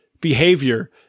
behavior